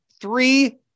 three